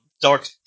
dark